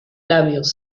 labios